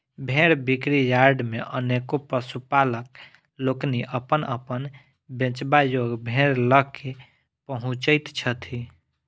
भेंड़ बिक्री यार्ड मे अनेको पशुपालक लोकनि अपन अपन बेचबा योग्य भेंड़ ल क पहुँचैत छथि